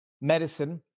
medicine